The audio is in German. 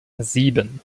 sieben